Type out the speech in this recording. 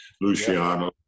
Luciano